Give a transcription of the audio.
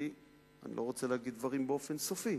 אני לא רוצה לומר דברים באופן סופי,